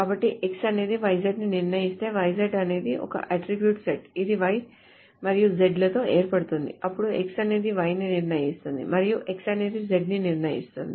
కాబట్టి X అనేది YZ ని నిర్ణయిస్తే YZ అంటే అది ఒక అట్ట్రిబ్యూట్ సెట్ ఇది Y మరియు Z లతో ఏర్పడుతుంది అప్పుడు X అనేది Y ని నిర్ణయిస్తుంది మరియు X అనేది Z ని నిర్ణయిస్తుంది